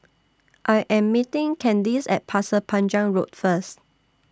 I Am meeting Kandice At Pasir Panjang Road First